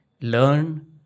learn